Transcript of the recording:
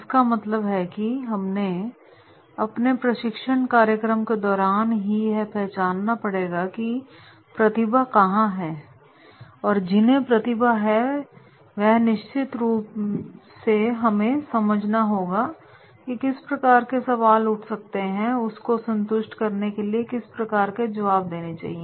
इसका मतलब है कि हमने अपने प्रशिक्षण कार्यक्रम के दौरान ही यह पहचान ना पड़ेगा की प्रतिभा कहां है और जिन्हें प्रतिभा है जय निश्चित रूप से हमें समझना होगा कि किस प्रकार के सवाल उठ सकते हैं और उस को संतुष्ट करने के लिए किस प्रकार के जवाब देनी चाहिए